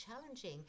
challenging